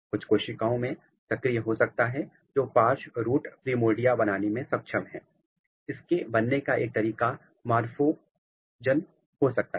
यह कुछ कोशिकाओं में सक्रिय हो सकता है जो पार्श्व रूट प्रिमोर्डिया बनाने में सक्षम है इसके बनने का एक तरीका मोर्फोजन हो सकता है